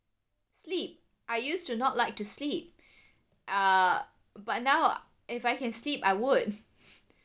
sleep I used to not like to sleep uh but now if I can sleep I would